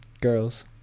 girls